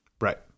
Right